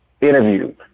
interview